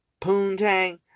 poontang